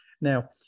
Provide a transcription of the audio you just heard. now